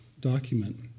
document